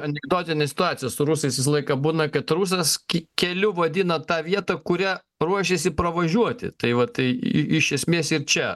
anekdotinė situacija su rusais visą laiką būna kad rusas ke keliu vadina tą vietą kurią ruošėsi pravažiuoti tai va tai iš esmės ir čia